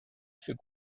fut